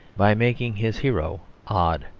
by making his hero odd.